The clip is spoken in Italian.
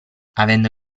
avendo